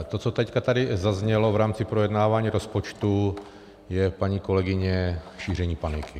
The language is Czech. To, co teď tady zaznělo v rámci projednávání rozpočtu, je, paní kolegyně, šíření paniky.